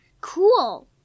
Cool